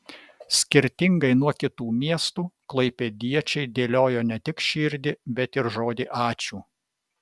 skirtingai nuo kitų miestų klaipėdiečiai dėliojo ne tik širdį bet ir žodį ačiū